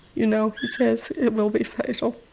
you know, he says it will be fatal.